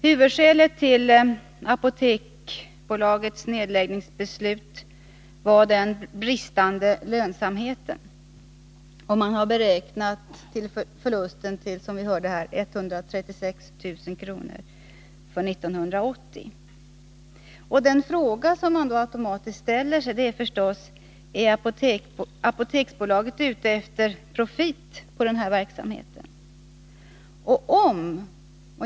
Huvudskälet till Apoteksbolagets nedläggningsbeslut var den bristande lönsamheten. Man har, som vi hörde av statsrådets svar, beräknat förlusten till 136 000 kr. 1980. Den fråga man då automatiskt ställer sig är denna: Är Apoteksbolaget ute efter profit på denna verksamhet?